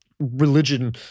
religion